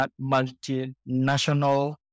multinational